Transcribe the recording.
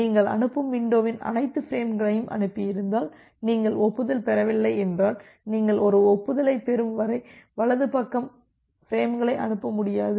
நீங்கள் அனுப்பும் வின்டோவின் அனைத்து பிரேம்களையும் அனுப்பியிருந்தால் நீங்கள் ஒப்புதல் பெறவில்லை என்றால் நீங்கள் ஒரு ஒப்புதலைப் பெறும் வரை வலது பக்கம் பிரேம்களை அனுப்ப முடியாது